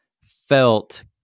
felt